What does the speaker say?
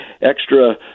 extra